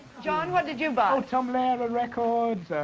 john, what did you buy? oh tom lehrer records,